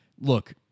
Look